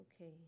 Okay